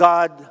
God